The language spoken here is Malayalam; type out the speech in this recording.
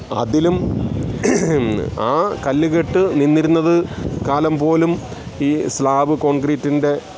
അതിലും ആ കല്ലുകെട്ട് നിന്നിരുന്നത് കാലം പോലും ഈ സ്ലാബ് കോൺക്രീറ്റിൻ്റെ